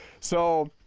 so,